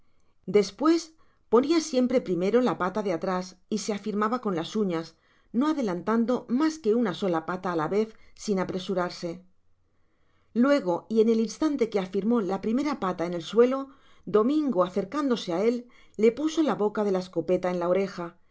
despues ponia siempre primero la pata de atrás y se afirmaba con las uñas no adelantando mas que una sola pata á la vez sin apresurarse lugo y en el instante que afirmó la primera pata en el suelo dominga acercándose á él le puso la boca de la escopeta en la oreja